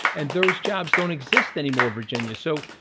and those jobs don't exist anymore virginia. so.